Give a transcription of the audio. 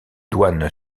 douane